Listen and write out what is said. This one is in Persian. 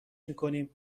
میکنیم